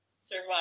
survive